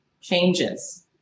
changes